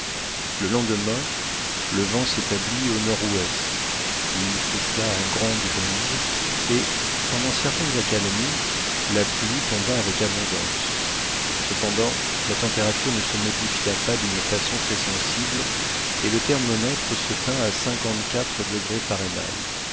le lendemain le vent s'établit au nordouest il souffla en grande brise et pendant certaines accalmies la pluie tomba avec abondance cependant la température ne se modifia pas d'une façon très sensible et le thermomètre se tint à cinquante-quatre degrés fahrenheit